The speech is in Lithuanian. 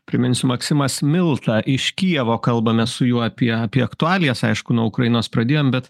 priminsiu maksimas milta iš kijevo kalbame su juo apie apie aktualijas aišku nuo ukrainos pradėjom bet